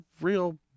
real